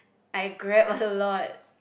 I grab a lot